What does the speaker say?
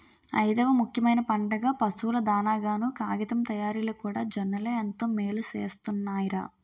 ఐదవ ముఖ్యమైన పంటగా, పశువుల దానాగాను, కాగితం తయారిలోకూడా జొన్నలే ఎంతో మేలుసేస్తున్నాయ్ రా